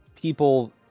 people